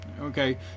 Okay